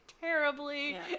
terribly